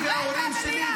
-- 76 שנים אני וההורים שלי,